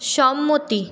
সম্মতি